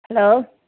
hello